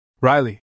Riley